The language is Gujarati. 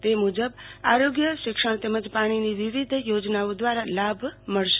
તે મુજબ આરોગ્ય શિક્ષણ તેમજ પાણીની વિવિધ યોજનાઓ વ્રારા લાભ મળશે